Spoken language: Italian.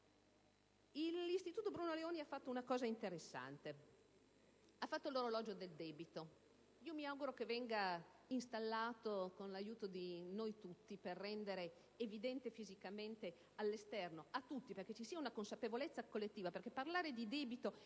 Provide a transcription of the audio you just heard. L'Istituto Bruno Leoni ha fatto una cosa interessante: l'orologio del debito. Mi auguro che venga installato con l'aiuto di noi tutti per rendere il debito evidente fisicamente all'esterno, a tutti, perché ci sia una consapevolezza collettiva. Parlare di debito